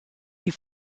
die